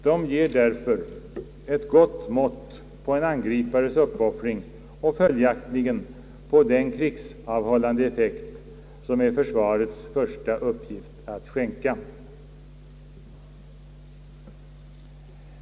De ger därför ett gott mått på en angripares uppoffring och följaktligen på den krigsavhållande effekt, som det är försvarets första uppgift att skänka.